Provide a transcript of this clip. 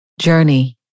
journey